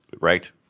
right